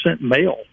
male